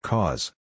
Cause